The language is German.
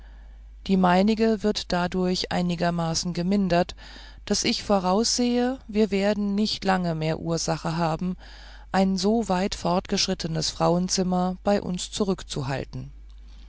die meinige wird dadurch einigermaßen gemindert daß ich voraussehe wir werden nicht lange mehr ursache haben ein so weit vorgeschrittenes frauenzimmer bei uns zurückzuhalten